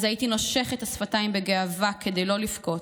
אז הייתי נושך את השפתיים בגאווה כדי לא לבכות,